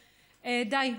די,